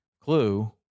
clue